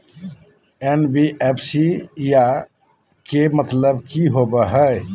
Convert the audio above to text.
NBFC बोया के मतलब कि होवे हय?